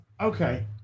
okay